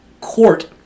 court